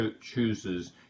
chooses